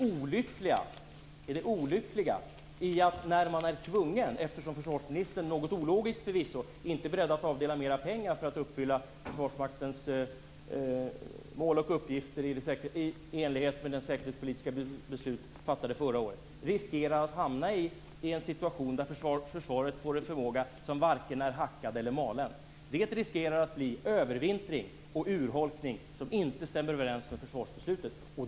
Försvarsministern är, förvisso något ologiskt, inte beredd att avdela mer pengar för att klara Försvarsmaktens mål och uppgifter i enlighet med det säkerhetspolitiska beslut som fattades förra året. Vad jag vill peka på är det olyckliga i att man riskerar att hamna i en situation där försvarets förmåga varken är hackad eller malen. Det riskerar att bli övervintring och urholkning som inte stämmer överens med försvarsbeslutet.